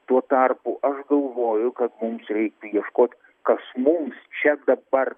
tuo tarpu aš galvoju kad mums reiktų ieškot kas mums čia dabar